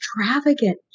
extravagant